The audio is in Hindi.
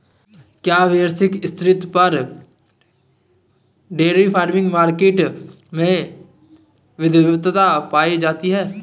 क्या वैश्विक स्तर पर डेयरी फार्मिंग मार्केट में विविधता पाई जाती है?